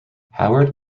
howard